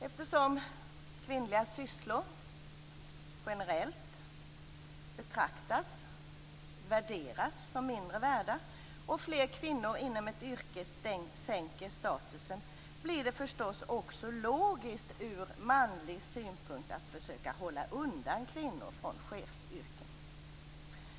Eftersom kvinnliga sysslor generellt betraktas som mindre värda och fler kvinnor inom ett yrke sänker statusen blir det förstås också logiskt ur manlig synpunkt att försöka hålla undan kvinnor från chefsyrken.